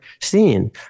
seen